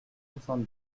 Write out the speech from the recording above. soixante